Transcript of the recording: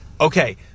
Okay